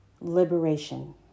liberation